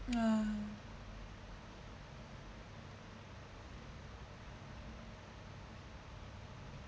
ah